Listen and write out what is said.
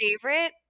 favorite